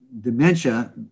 dementia